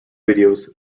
videos